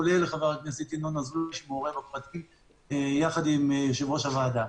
כולל חבר הכנסת ינון אזולאי --- יחד עם יושב-ראש הוועדה.